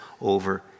over